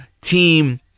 team